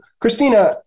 Christina